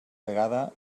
vegada